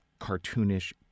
cartoonish